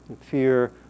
fear